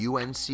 UNC